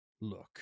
look